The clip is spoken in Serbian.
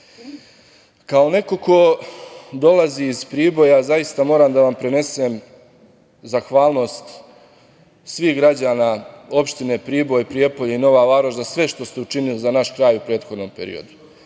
neko ko dolazi iz Priboja, zaista moram da vam prenesem zahvalnost svih građana opštine Priboj, Prijepolje i Nova Varoš za sve što ste učinili za naš kraj u prethodnom periodu.